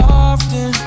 often